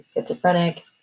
schizophrenic